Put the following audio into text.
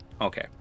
Okay